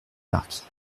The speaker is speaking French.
marquis